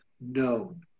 known